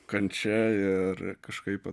kančia ir kažkaip